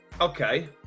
Okay